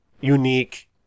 unique